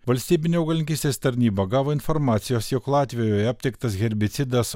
valstybinė augalininkystės tarnyba gavo informacijos jog latvijoje aptiktas herbicidas